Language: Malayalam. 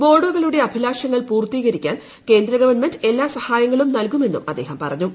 ബോഡോകളുടെ അഭിലാഷങ്ങൾ പൂർത്തീകരിക്കാൻ കേന്ദ്ര ഗവൺമെന്റ് എല്ലാ സഹായങ്ങളും നൽകുമെന്നും അദ്ദേഹം പറഞ്ഞു